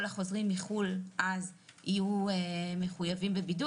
החוזרים מחו"ל אז יהיו מחויבים בבידוד,